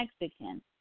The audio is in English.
Mexican